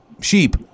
Sheep